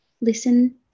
listen